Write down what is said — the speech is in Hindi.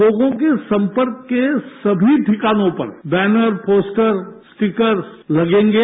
लोगो के संपर्क के सभी ठिकानों पर बैनर पोस्टर स्टीकर्स लगेंगे